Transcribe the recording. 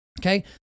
Okay